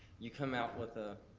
you come out with